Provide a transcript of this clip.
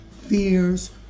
fears